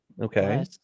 okay